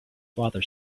father